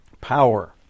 power